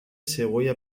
cebolla